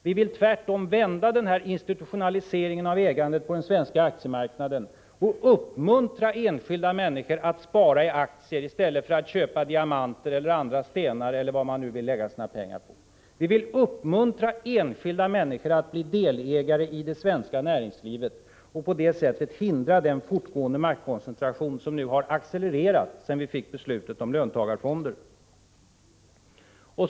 Vi vill tvärtom vända den här institutionaliseringen av ägandet på den svenska aktiemarknaden och uppmuntra enskilda människor att spara i aktier i stället för att köpa diamanter eller andra stenar eller vad man nu vill lägga sina pengar på. Vi vill uppmuntra enskilda människor att bli delägare i det svenska näringslivet och på det sättet hindra den fortsatta maktkoncentration som har accelererat sedan beslutet om löntagarfonder fattades.